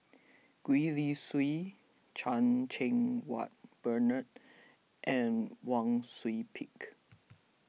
Gwee Li Sui Chan Cheng Wah Bernard and Wang Sui Pick